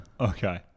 Okay